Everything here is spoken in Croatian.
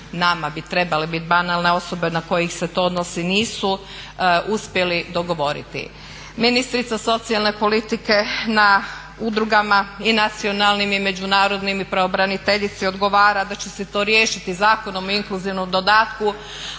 nama bi trebale biti banalne, a osobe na koje se to odnosi nisu uspjeli dogovoriti. Ministrica socijalne politike na udrugama i nacionalnim i međunarodnim i pravobraniteljici odgovara da će se to riješiti Zakonom o inkluzivnom dodatku,